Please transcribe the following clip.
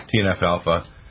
TNF-alpha